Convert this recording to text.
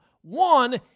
One